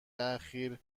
اخیر